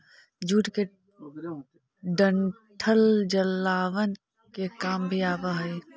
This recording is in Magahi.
जूट के डंठल जलावन के काम भी आवऽ हइ